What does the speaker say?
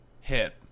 hit